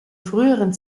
früheren